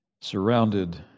surrounded